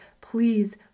please